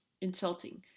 insulting